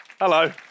Hello